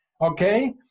okay